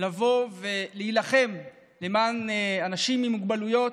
להילחם למען אנשים עם מוגבלויות,